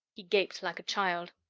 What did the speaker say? he gaped like a child.